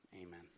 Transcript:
Amen